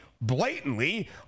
blatantly